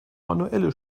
manuelle